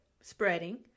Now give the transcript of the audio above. spreading